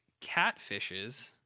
Catfishes